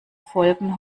folgen